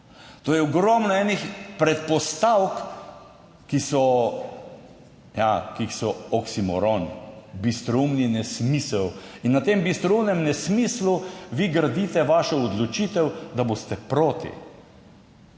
To je ogromno enih predpostavk, ki so, ja, ki so oksimoron, bistroumni nesmisel. In na tem bistroumnem nesmislu vi gradite svojo odločitev, da boste proti.